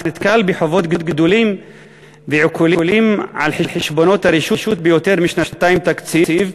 הוא נתקל בחובות גדולים ועיקולים על חשבונות הרשות ביותר משנתיים תקציב,